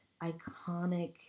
iconic